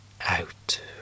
out